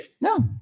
No